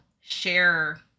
share